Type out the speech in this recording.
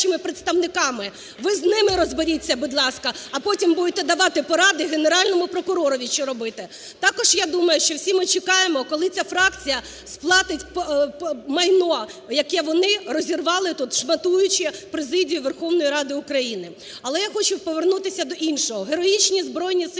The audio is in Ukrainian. Ви з ними розберіться, будь ласка, а потім будете давати поради Генеральному прокуророві, що робити. Також, я думаю, що всі ми чекаємо, коли ця фракція сплатить майно, яке вони розірвали тут, шматуючи президію Верховної Ради України. Але я хочу повернутися до іншого. Героїчні Збройні Сили